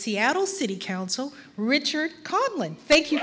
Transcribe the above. seattle city council richard calling thank you